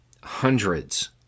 hundreds